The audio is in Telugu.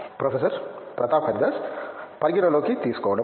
ప్రొఫెసర్ ప్రతాప్ హరిదాస్ పరిగణనలోకి తీసుకోవడం